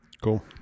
Cool